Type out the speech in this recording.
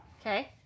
Okay